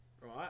right